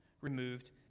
removed